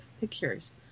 pictures